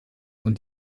und